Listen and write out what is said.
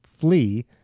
flee